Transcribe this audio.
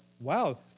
wow